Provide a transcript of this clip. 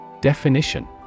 Definition